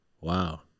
Wow